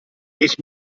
ich